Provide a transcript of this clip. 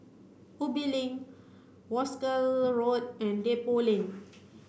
Ubi Link Wolskel Road and Depot Lane